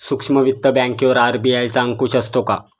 सूक्ष्म वित्त बँकेवर आर.बी.आय चा अंकुश असतो का?